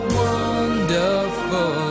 wonderful